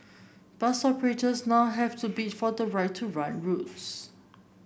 bus operators now have to bid for the right to run routes